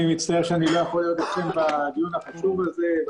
אני מצטער שאני לא יכול להיות אתכם בדיון החשוב הזה.